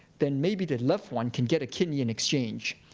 then maybe their loved one can get a kidney in exchange.